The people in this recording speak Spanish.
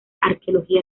arqueología